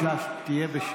בבקשה תהיה בשקט.